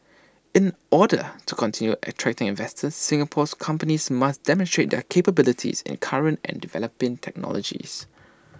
in order to continue attracting investors Singapore's companies must demonstrate their capabilities in current and developing technologies